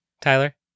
Tyler